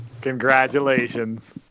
Congratulations